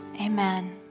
amen